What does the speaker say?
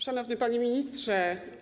Szanowny Panie Ministrze!